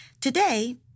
Today